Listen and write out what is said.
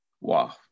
Wow